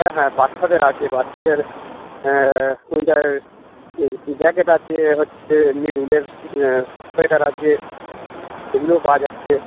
হ্যাঁ হ্যাঁ বাচ্চাদের আছে বাচ্চাদের উইন্টার জ্যাকেট আছে হচ্ছে এমনি উলের সোয়েটার আছে এগুলোও পাওয়া যাচ্ছে